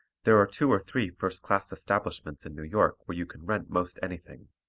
there are two or three first-class establishments in new york where you can rent most anything.